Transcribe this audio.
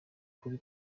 kuri